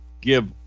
give